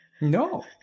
No